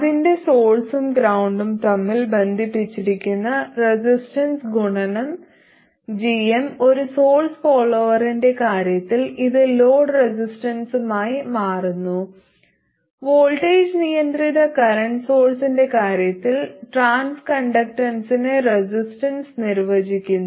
അതിന്റെ സോഴ്സും ഗ്രൌണ്ടും തമ്മിൽ ബന്ധിപ്പിച്ചിരിക്കുന്ന റെസിസ്റ്റൻസ് ഗുണനം gm ഒരു സോഴ്സ് ഫോളോവറിന്റെ കാര്യത്തിൽ ഇത് ലോഡ് റെസിസ്റ്റൻസായി മാറുന്നു വോൾട്ടേജ് നിയന്ത്രിത കറന്റ് സോഴ്സിന്റെ കാര്യത്തിൽ ട്രാൻസ് കണ്ടക്ടൻസിനെ റെസിസ്റ്റൻസ് നിർവചിക്കുന്നു